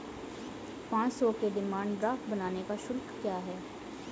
पाँच सौ के डिमांड ड्राफ्ट बनाने का शुल्क क्या है?